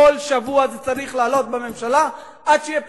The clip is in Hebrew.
כל שבוע זה צריך לעלות בממשלה עד שיהיה פתרון.